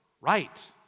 right